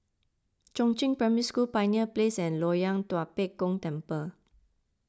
Chongzheng Primary School Pioneer Place and Loyang Tua Pek Kong Temple